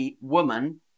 woman